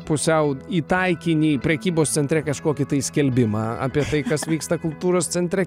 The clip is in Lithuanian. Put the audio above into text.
pusiau į taikinį į prekybos centre kažkokį tai skelbimą apie tai kas vyksta kultūros centre